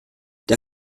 der